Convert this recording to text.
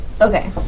Okay